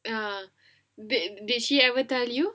ah did did she ever tell you